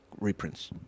reprints